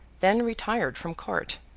then retired from court,